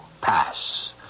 pass